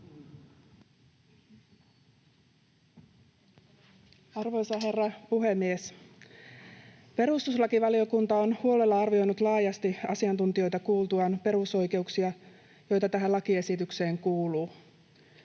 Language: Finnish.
Arvoisa herra puhemies! Perustuslakivaliokunta on huolella arvioinut laajasti asiantuntijoita kuultuaan perusoikeuksia, joita tähän lakiesitykseen kuuluu.